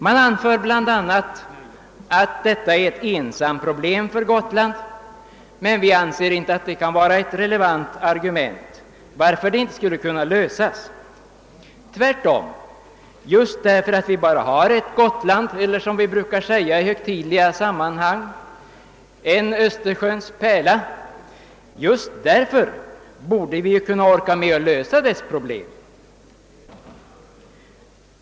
Man anför bl.a. att detta är ett för Gotland speciellt problem. Vi anser dock inte att detta kan vara ett relevant argument för att denna fråga inte skulle kunna lösas. Tvärtom — just därför att vi bara har ett Gotland eller, såsom vi brukar säga i högtidliga sammanhang, en Östersjöns pärla, borde vi kunna orka med att lösa dess problem.